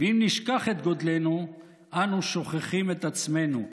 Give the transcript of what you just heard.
ואם נשכח את גדלנו אנו שוכחים את עצמנו,